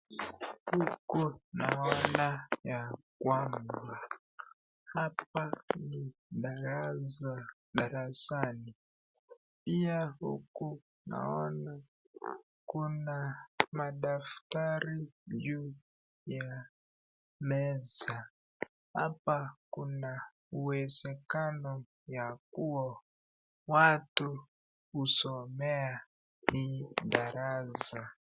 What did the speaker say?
Huku naona ya kwamba hapa ni darasani pia huku naona hakuna madaftari hiyo ya meza hapa Kuna uwezekano ya kuwa watu usomea hii darasa.